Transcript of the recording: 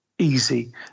easy